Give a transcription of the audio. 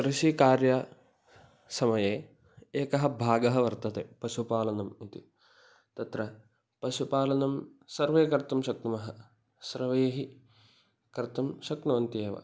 कृषिकार्यसमये एकः भागः वर्तते पशुपालनम् इति तत्र पशुपालनं सर्वे कर्तुं शक्नुमः सर्वैः कर्तुं शक्नुवन्त्येव